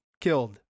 killed